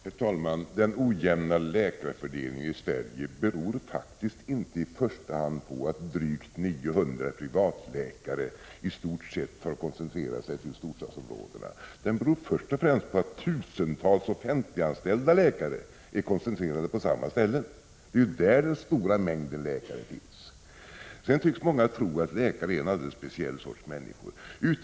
Herr talman! Den ojämna läkarfördelningen i Sverige beror faktiskt inte i första hand på att drygt 900 privatläkare i stort sett har koncentrerat sig till storstadsområdena, utan den beror främst på att tusentals offentliganställda läkare är koncentrerade till ett fåtal ställen. Det är där som den stora mängden av läkare finns. Många tycks tro att läkarna är en alldeles speciell sorts människor.